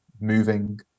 moving